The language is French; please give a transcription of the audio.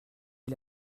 est